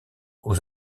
aux